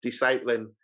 discipling